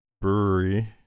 brewery